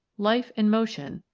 life and motion,